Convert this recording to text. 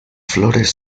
flores